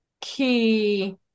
key